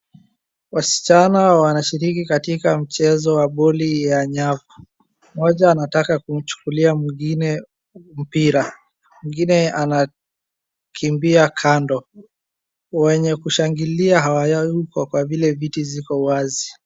Wasichana wanashiriki katika mchezo wa boli ya nyavu. Mmoja anataka kumchukulia mwingine mpira. Mwingine anakimbia kando. Wenye kushangilia hawayuko kwa vile viti ziko wazi.